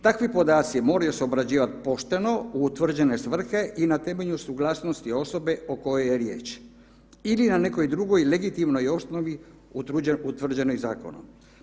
Takvi podaci moraju se obrađivat pošteno u utvrđene svrhe i na temelju suglasnosti osobe o kojoj je riječ ili na nekoj drugoj legitimnoj osnovi utvrđenoj zakonom.